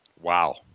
Wow